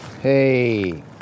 hey